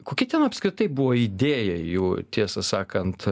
kokia ten apskritai buvo idėja jų tiesą sakant